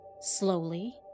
Slowly